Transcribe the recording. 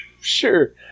Sure